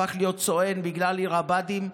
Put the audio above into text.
הפכו להיות סואנים בגלל עיר הבה"דים,